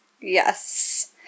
Yes